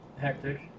Hectic